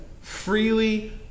freely